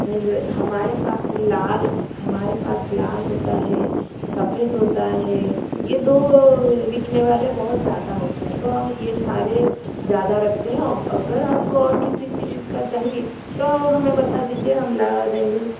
हमारे पास लाल हमारे पास लाल होता है सफेद होता है ये दो बिकने वाले बहुत ज़्यादा होता है तो हम ये सारे ज़्यादा रखते हैं और अगर आपको और किसी चीज का चाहिए तो हमें बता दीजिए हम ला देंगे